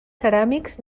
ceràmics